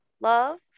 love